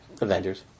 Avengers